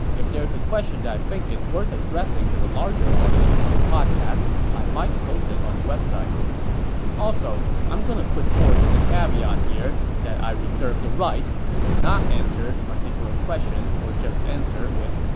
if there's a question that i think is worth addressing to the larger audience for the podcast, i might post it on the website also, i'm going to put forth caveat here that i reserve the right to not answer particular questions or just answer with,